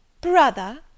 Brother